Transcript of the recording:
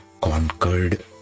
conquered